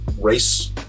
race